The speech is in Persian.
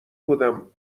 بودم